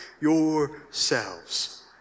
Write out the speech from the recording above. yourselves